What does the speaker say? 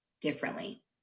differently